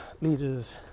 leaders